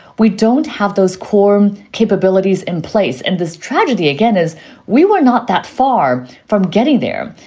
we don't have those corm capabilities in place. and this tragedy, again, is we were not that far from getting there.